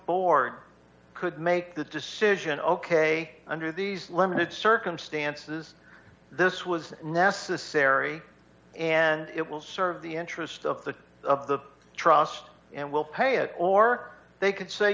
board could make the decision ok under these limited circumstances this was necessary and it will serve the interest of the of the trust and we'll pay it or they c